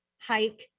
hike